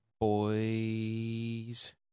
boys